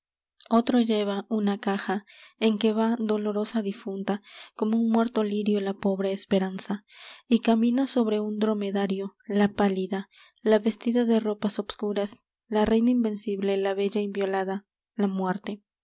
otro lleva una caja en que va dolorosa difunta como un muerto lirio la pobre esperanza y camina sobre un dromedario la pálida la vestida de ropas obscuras la reina invencible la bella inviolada la muerte